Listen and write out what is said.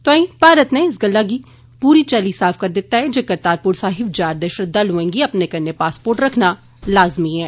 तोआईं भारत नै इस गल्ला गी पूरी चाल्ली साफ करी दित्ता ऐ जे करतारपुर साहिब जा'रदे श्रद्वालुएं गी अपने कन्नै पासपोर्ट रक्खना लाज़मी ऐ